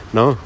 no